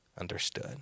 understood